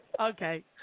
Okay